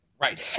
Right